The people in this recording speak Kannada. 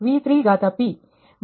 ಮೈನಸ್ 0